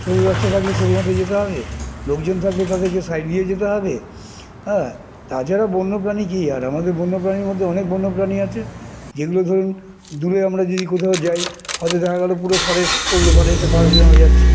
সরু রাস্তা থাকলে সরু মতো যেতে হবে লোকজন থাকলে তাদেরকে সাইড দিয়ে যেতে হবে হ্যাঁ তাছাড়াও বন্যপ্রাণী কী আর আমাদের বন্যপ্রাণীর মধ্যে অনেক বন্য প্রাণী আছে যেগুলো ধরুন দূরে আমরা যদি কোথাও যাই হয়তো দেখা গেলো পুরো ফরেস্ট পড়লো ফরেস্ট পার্ক দিয়ে আমরা যাচ্ছি